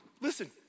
Listen